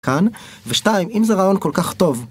כאן ושתיים, אם זה רעיון כל כך טוב.